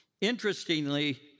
Interestingly